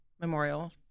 memorial